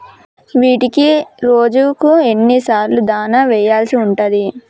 వీటికి రోజుకు ఎన్ని సార్లు దాణా వెయ్యాల్సి ఉంటది?